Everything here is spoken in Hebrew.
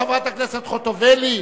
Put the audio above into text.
חבר הכנסת אקוניס,